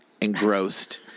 engrossed